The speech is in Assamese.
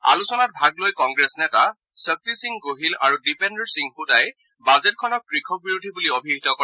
আলোচনাত ভাগ লৈ কংগ্ৰেছ নেতা শক্তিসিং গোহিল আৰু দ্বীপেন্দ্ৰৰ সিং হুডাই বাজেটখনক কৃষকবিৰোধী বুলি অভিহিত কৰে